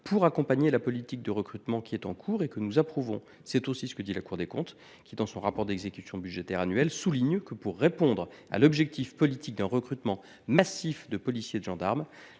pour accompagner la politique de recrutement qui est en cours et que nous approuvons. C’est aussi ce que dit la Cour des comptes. Dans son rapport d’exécution budgétaire annuel, le Cour souligne que « pour répondre à l’objectif politique d’un recrutement massif de policiers et de gendarmes,